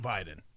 Biden